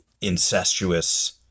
incestuous